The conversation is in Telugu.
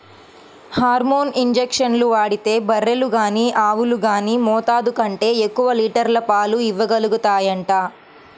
హార్మోన్ ఇంజక్షన్లు వాడితే బర్రెలు గానీ ఆవులు గానీ మోతాదు కంటే ఎక్కువ లీటర్ల పాలు ఇవ్వగలుగుతాయంట